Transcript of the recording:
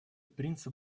принцип